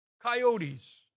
coyotes